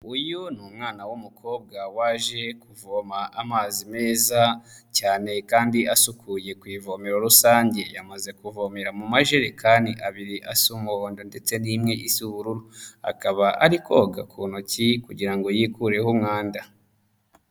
Uyu ni umwana w'umukobwa waje kuvoma amazi meza cyane kandi asukuye ku ivomero rusange, yamaze kuvomera mu majerekani abiri asa umuhondo ndetse n'imwe isa ubururu. Akaba ari koga ku ntoki kugira ngo yikureho umwanda.